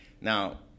now